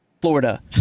Florida